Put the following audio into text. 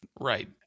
right